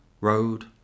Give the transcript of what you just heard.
road